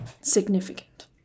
significant